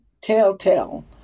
telltale